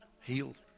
healed